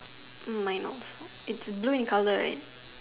mine also is blue in colour right